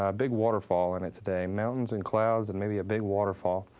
ah big waterfall in it today, mountains, and clouds, and maybe a big waterfall.